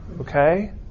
okay